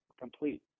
complete